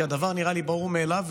כי הדבר נראה לי ברור מאליו,